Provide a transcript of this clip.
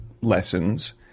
lessons